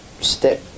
step